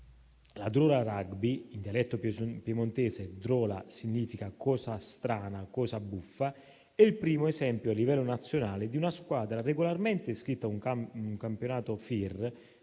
La Drola rugby (in dialetto piemontese *drola* significa cosa strana o buffa) è il primo esempio a livello nazionale di una squadra regolarmente iscritta a un campionato FIR